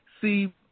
See